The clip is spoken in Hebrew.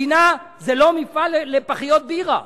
מדינה זה לא מפעל לפחיות בירה.